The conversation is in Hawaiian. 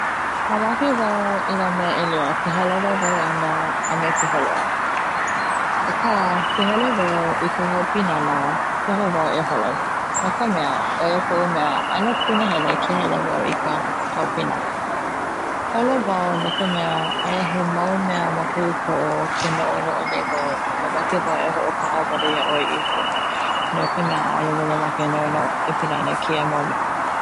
Mamake wau i na mea ʻelua, ka hele wawae ana me ka holo ana, aka ke hele wau i ka hao pinana koho wau e holo no ka mea, oia koʻu mea ano punahele ke hele wau i ka hao pinana holo wau no ka mea aia he mau mea ma koʻu poʻo ke noʻonoʻo a mamake wau e hoʻokaʻawale iaʻoe iho, no ka mea ʻaʻole wau mamake e noʻonoʻo e pili ana i keia mau mea.